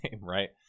right